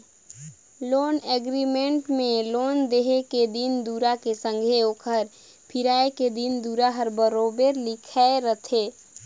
loan agreement में loan देहे के दिन दुरा के संघे ओकर फिराए के दिन दुरा हर बरोबेर लिखाए रहथे